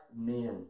men